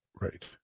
Right